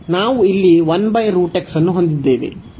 ನಾವು ಇಲ್ಲಿ ಅನ್ನು ಹೊಂದಿದ್ದೇವೆ